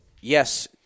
yes